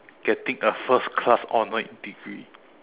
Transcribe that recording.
getting a first class honour degree